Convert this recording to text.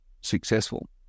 successful